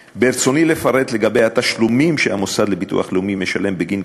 ברצוני לפרט לגבי התשלומים שהמוסד לביטוח לאומי משלם בגין קצבת